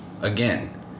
again